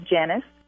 Janice